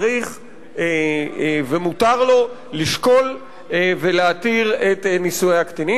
צריך ומותר לו לשקול ולהתיר את נישואי הקטינים.